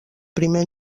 primer